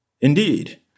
Indeed